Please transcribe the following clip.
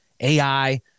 AI